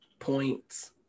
Points